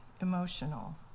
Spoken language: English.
emotional